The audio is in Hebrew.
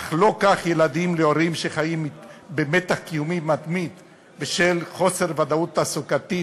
אך לא כך ילדים להורים שחיים במתח קיומי מתמיד בשל חוסר ודאות תעסוקתית,